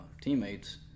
teammates